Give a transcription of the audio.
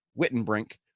Wittenbrink